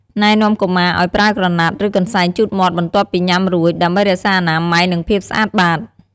ណែនាំកុមារឲ្យប្រើក្រណាត់ ឬកន្សែងជូតមាត់បន្ទាប់ពីញ៉ាំរួច ដើម្បីរក្សាអនាម័យ និងភាពស្អាតបាត។